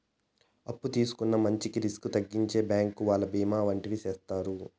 అప్పు తీసుకున్న మంచికి రిస్క్ తగ్గించేకి బ్యాంకు వాళ్ళు బీమా వంటివి చేత్తారు